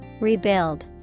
Rebuild